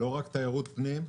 לא רק תיירות פנים,